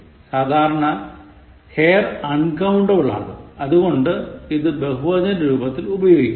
സാധാരണ Hair uncountable ആണ് അതുകൊണ്ട് ഇത് ബഹുവചന രൂപത്തിൽ ഉപയോഗിക്കില്ല